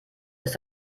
ist